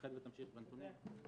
חדווה תמשיך בנתונים.